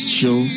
show